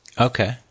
Okay